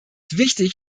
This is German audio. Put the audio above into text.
wichtig